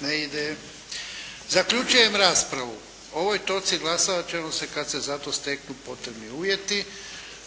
ne ide. Zaključujem raspravu. O ovoj točci glasovat ćemo kad se za to steknu potrebni uvjeti.